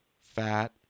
fat